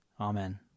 Amen